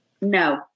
No